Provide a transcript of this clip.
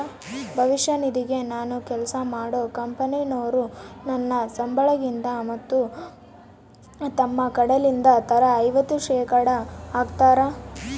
ಭವಿಷ್ಯ ನಿಧಿಗೆ ನಾನು ಕೆಲ್ಸ ಮಾಡೊ ಕಂಪನೊರು ನನ್ನ ಸಂಬಳಗಿಂದ ಮತ್ತು ತಮ್ಮ ಕಡೆಲಿಂದ ತಲಾ ಐವತ್ತು ಶೇಖಡಾ ಹಾಕ್ತಾರ